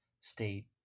state